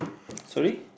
sorry